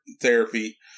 therapy